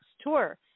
tour